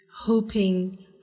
hoping